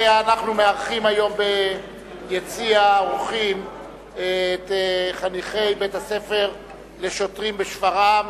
אנחנו מארחים היום ביציע האורחים את חניכי בית-הספר לשוטרים בשפרעם,